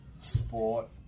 sport